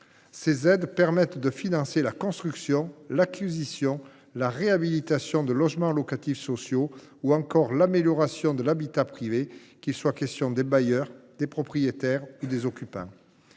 Ces aides permettent de financer la construction, l’acquisition ou la réhabilitation de logements locatifs sociaux, ou encore l’amélioration de l’habitat privé, qu’il soit question des bailleurs, des propriétaires ou des occupants.